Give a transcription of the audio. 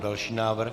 Další návrh.